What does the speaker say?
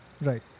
right